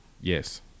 Yes